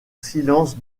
silence